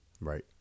Right